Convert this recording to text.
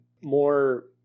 more